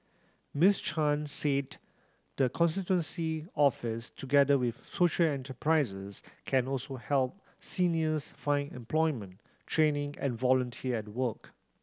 Miss Chan said the constituency office together with social enterprises can also help seniors find employment training and volunteer at work